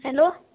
hello